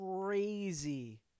crazy